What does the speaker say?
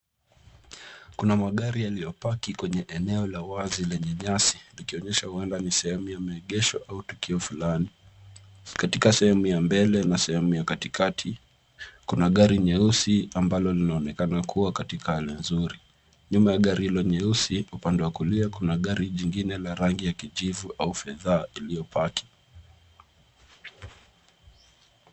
Kuna magari yaliyopaki kwenye eneo la wazi lenye nyasi likionyesha huenda ni sehemu ya maegesho au tukio fulani. Katika sehemu ya mbele na sehemu ya katikati, kuna gari nyeusi ambalo linaonekana kuwa katika hali nzuri. Nyuma ya gari hilo nyeusi, upande wa kulia, kuna gari jingine la rangi ya kijivu au fadha ilyopaki.